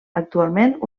actualment